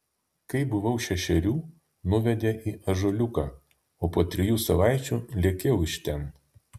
kai buvau šešerių nuvedė į ąžuoliuką o po trijų savaičių lėkiau iš ten